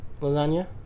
lasagna